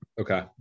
Okay